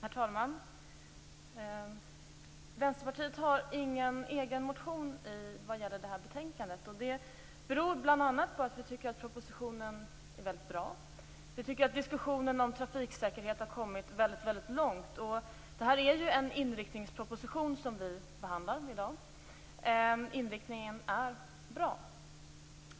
Herr talman! Vänsterpartiet har ingen egen motion vad gäller det här betänkandet. Det beror bl.a. på att vi tycker att propositionen är mycket bra. Vi tycker att diskussionen om trafiksäkerhet har kommit mycket långt. Det är ju en inriktningsproposition som vi behandlar i dag, och inriktningen är bra.